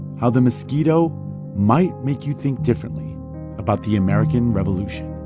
how the mosquito might make you think differently about the american revolution